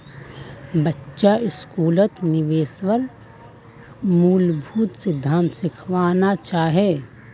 बच्चा स्कूलत निवेशेर मूलभूत सिद्धांत सिखाना चाहिए